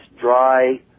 dry